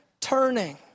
turning